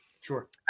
Sure